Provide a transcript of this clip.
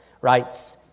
writes